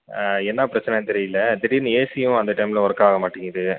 என்ன பிரச்சனைனு தெரியிலை திடீர்னு ஏசியும் அந்த டைமில் ஒர்க் ஆக மாட்டேங்கிது